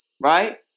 Right